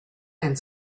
and